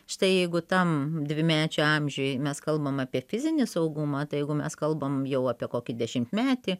štai jeigu tam dvimečio amžiuj mes kalbam apie fizinį saugumą tai jeigu mes kalbam jau apie kokį dešimtmetį